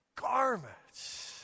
garments